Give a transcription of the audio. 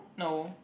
no